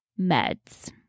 meds